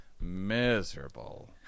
miserable